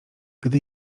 gdy